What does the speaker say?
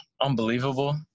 unbelievable